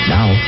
Now